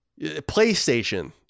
PlayStation